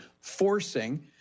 forcing